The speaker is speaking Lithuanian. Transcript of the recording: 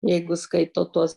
jeigu skaito tuos